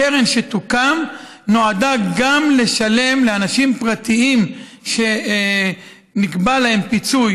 הקרן שתוקם נועדה גם לשלם לאנשים פרטיים שנקבע להם פיצוי